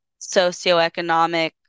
socioeconomic